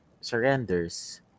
surrenders